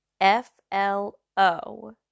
F-L-O